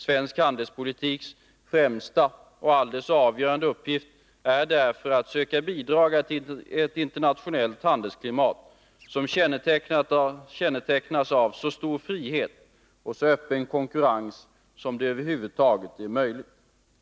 Svensk handelspolitiks främsta och alldeles avgörande uppgift är därför att söka bidra till ett internationellt handelsklimat som kännetecknas av så stor frihet och så öppen konkurrens som över huvud taget är möjligt.